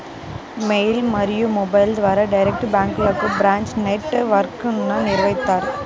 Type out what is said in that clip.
mail మరియు మొబైల్ల ద్వారా డైరెక్ట్ బ్యాంక్లకు బ్రాంచ్ నెట్ వర్క్ను నిర్వహిత్తారు